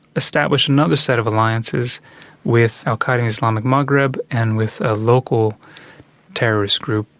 establish another set of alliances with al-qaeda in islamic maghreb and with a local terrorist group,